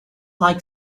like